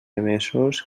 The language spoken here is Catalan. emesos